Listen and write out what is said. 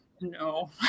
No